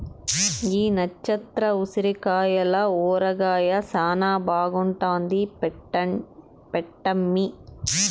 ఈ నచ్చత్ర ఉసిరికాయల ఊరగాయ శానా బాగుంటాది పెట్టమ్మీ